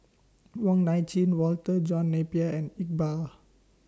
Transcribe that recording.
Wong Nai Chin Walter John Napier and Iqbal